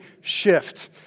shift